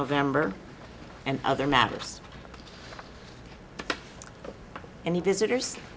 november and other matters and he visitors